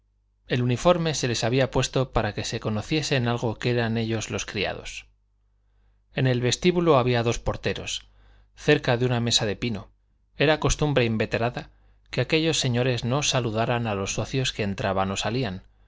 el uniforme se les había puesto para que se conociese en algo que eran ellos los criados en el vestíbulo había dos porteros cerca de una mesa de pino era costumbre inveterada que aquellos señores no saludaran a los socios que entraban o salían